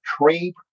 trade